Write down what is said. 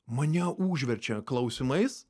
mane užverčia klausimais